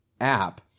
app